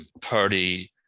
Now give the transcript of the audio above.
party